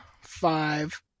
five